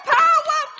power